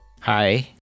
Hi